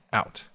out